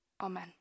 amen